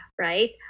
right